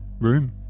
room